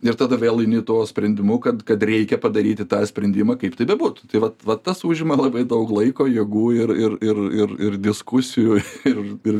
ir tada vėl eini tuo sprendimu kad kad reikia padaryti tą sprendimą kaip tai bebūtų tai vat vat tas užima labai daug laiko jėgų ir ir ir ir ir diskusijų ir ir